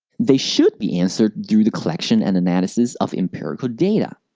they should be answered through the collection and analysis of empirical data.